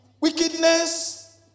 wickedness